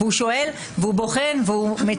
והוא שואל, והוא בוחן, והוא מציג.